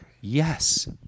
Yes